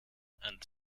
and